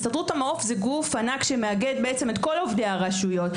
הסתדרות המעו"ף זה גוף ענק שמאגד בעצם את כל עובדי הרשויות.